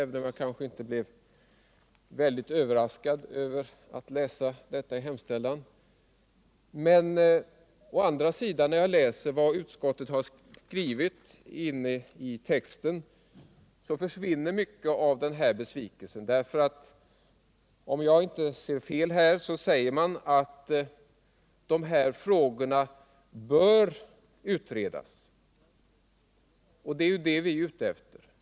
Men när jag å andra sidan läser vad utskottet skrivit inne i texten, så försvinner mycket av den här besvikelsen, för om jag inte ser fel så säger man att de här frågorna bör utredas, och det är ju det vi är ute efter.